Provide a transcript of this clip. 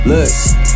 Look